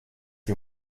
you